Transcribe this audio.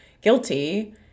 guilty